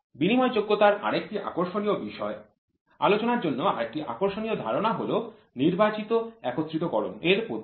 বিনিময়যোগ্যতার আরেকটি আকর্ষণীয় বিষয় আলোচনার জন্য আরেকটি আকর্ষণীয় ধারণা হল নির্বাচিত একত্রিতকরণ এর পদ্ধতি